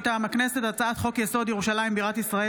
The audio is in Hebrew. מטעם הכנסת: הצעת חוק-יסוד: ירושלים בירת ישראל